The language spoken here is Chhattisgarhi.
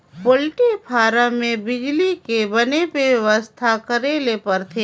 पोल्टी फारम में बिजली के बने बेवस्था करे ले परथे